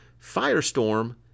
Firestorm